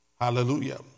Hallelujah